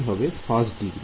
হ্যাঁ first degree